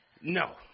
No